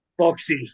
Boxy